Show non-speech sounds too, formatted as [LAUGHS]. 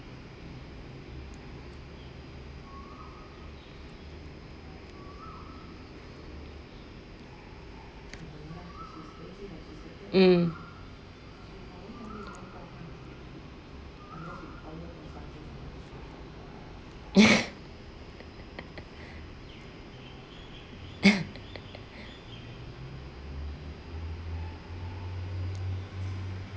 mm [LAUGHS] [LAUGHS]